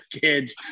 kids